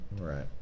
Right